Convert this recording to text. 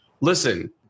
listen